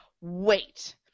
Wait